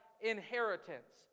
inheritance